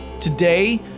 Today